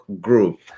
group